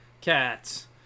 cats